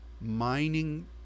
mining